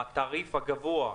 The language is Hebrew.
התעריף הגבוה,